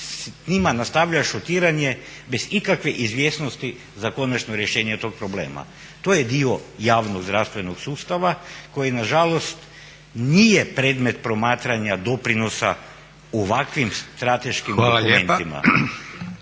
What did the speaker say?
s njima nastavlja šutiranje bez ikakve izvjesnosti za konačno rješenje tog problema. To je dio javnog zdravstvenog sustava koji nažalost nije predmet promatranja doprinosa u ovakvim strateškim dokumentima.